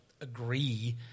agree